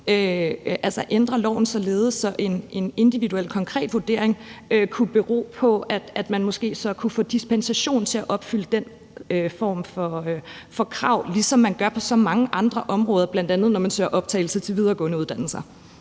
ændre loven således, at en individuel konkret vurdering kunne bero på, at man måske så kunne få dispensation for at opfylde den form for krav, ligesom man gør på så mange andre områder, bl.a. når man søger optagelse på videregående uddannelser.